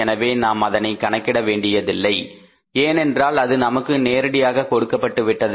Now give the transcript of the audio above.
எனவே நாம் அதனை கணக்கிட வேண்டியதில்லை ஏனென்றால் அது நமக்கு நேரடியாக கொடுக்கப்பட்டுவிட்டது